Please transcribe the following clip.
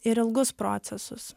ir ilgus procesus